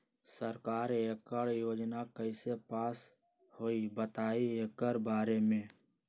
सरकार एकड़ योजना कईसे पास होई बताई एकर बारे मे?